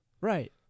Right